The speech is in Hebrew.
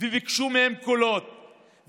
וביקשו מהם קולות,